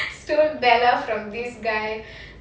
stole bella from this guy